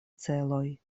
celoj